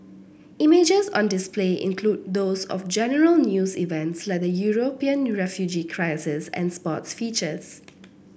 images on display include those of general news events like the European refugee crisis and sports features